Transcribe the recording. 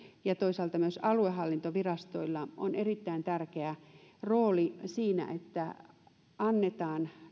ja toisaalta myös aluehallintovirastoilla on erittäin tärkeä rooli siinä että annetaan